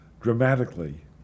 dramatically